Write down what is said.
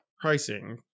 pricing